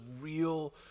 real